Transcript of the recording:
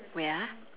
wait ah